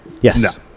Yes